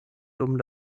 dum